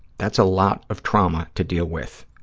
that's a lot of trauma to deal with.